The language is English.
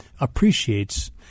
appreciates